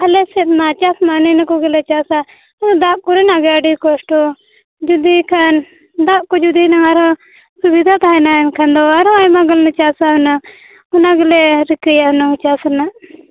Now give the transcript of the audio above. ᱟᱞᱮᱥᱮᱫᱢᱟ ᱪᱟᱥ ᱢᱟ ᱮᱱᱮ ᱤᱱᱟᱹ ᱠᱚᱜᱮᱞᱮ ᱪᱟᱥᱟ ᱚᱱᱮ ᱫᱟᱜ ᱠᱚᱨᱮᱱᱟᱜ ᱜᱮ ᱟᱹᱰᱤ ᱠᱚᱥᱴᱚ ᱡᱩᱫᱤ ᱠᱷᱟᱱ ᱫᱟᱜ ᱠᱚ ᱡᱩᱫᱤ ᱱᱚᱣᱟ ᱟᱨᱚ ᱥᱩᱵᱤᱫᱟ ᱛᱟᱦᱮᱱᱟ ᱮᱱᱠᱷᱟᱱ ᱫᱚ ᱟᱨᱚ ᱟᱭᱢᱟ ᱜᱟᱱᱞᱮ ᱪᱟᱥᱟ ᱦᱩᱱᱟᱹ ᱚᱱᱟᱜᱮᱞᱮ ᱨᱤᱠᱟᱹᱭᱟ ᱦᱩᱱᱟᱹ ᱪᱟᱥ ᱨᱮᱱᱟᱜ